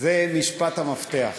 זה משפט המפתח.